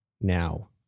now